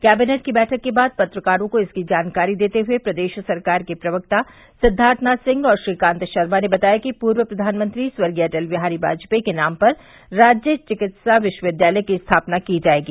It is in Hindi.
कैबिनेट की बैठक के बाद पत्रकारों को इसकी जानकारी देते हुए प्रदेश सरकार के प्रवक्ता सिद्दार्थनाथ सिंह और श्रीकांत शर्मा ने बताया कि पूर्व प्रधानमंत्री स्वर्गीय अटल बिहारी वाजपेई के नाम पर राज्य चिकित्सा विश्वविद्यालय की स्थापना की जायेगी